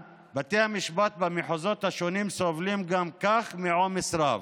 גם בימים כתיקונם בתי המשפט במחוזות השונים סובלים מעומס רב,